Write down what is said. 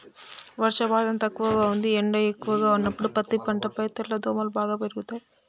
వర్షపాతం తక్కువగా ఉంది ఎండ ఎక్కువగా ఉన్నప్పుడు పత్తి పంటపై తెల్లదోమలు బాగా పెరుగుతయి